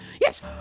Yes